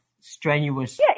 strenuous